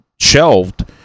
shelved